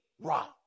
rock